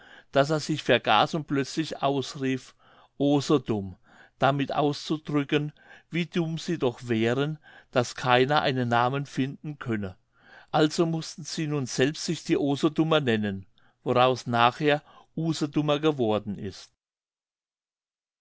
daß er sich vergaß und plötzlich ausrief o so dumm damit auszudrücken wie dumm sie doch wären daß keiner einen namen finden könne also mußten sie nun selbst sich die osodummer nennen woraus nachher usedomer geworden ist